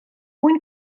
mwyn